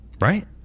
Right